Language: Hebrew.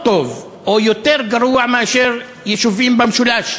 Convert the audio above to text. טוב או יותר גרוע מאשר יישובים במשולש,